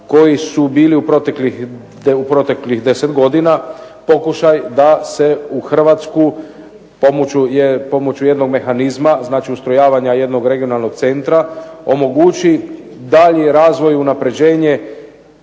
koji su bili u proteklih 10 godina pokušaj da se u Hrvatsku pomoću jednog mehanizma, znači ustrojavanja jednog regionalnog centra omogući daljnji razvoj i unapređenje